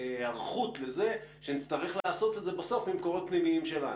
היערכות לזה שנצטרך לעשות את זה בסוף ממקורות פנימיים שלנו?